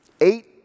Eight